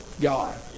God